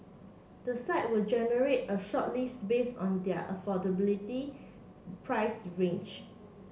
the site will generate a shortlist based on their affordability price range